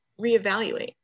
reevaluate